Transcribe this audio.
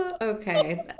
Okay